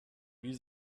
wie